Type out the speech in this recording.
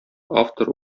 автор